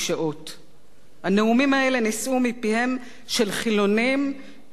הנאומים האלה נישאו מפיהם של חילונים ושל שומרי מצוות,